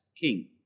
king